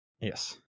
Yes